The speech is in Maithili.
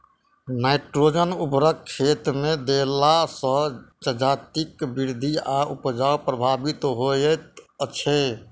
नाइट्रोजन उर्वरक खेतमे देला सॅ जजातिक वृद्धि आ उपजा प्रभावित होइत छै